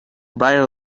viral